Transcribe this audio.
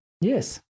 Yes